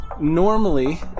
normally